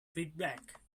feedback